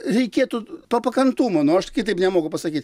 reikėtų to pakantumo nu aš kitaip nemoku pasakyt